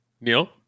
neil